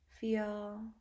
feel